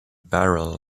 beryl